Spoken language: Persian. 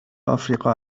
آفریقا